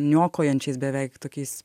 niokojančiais beveik tokiais